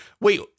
Wait